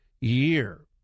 year